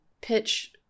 pitch